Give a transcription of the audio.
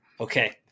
Okay